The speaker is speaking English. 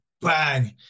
bang